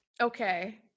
Okay